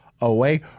away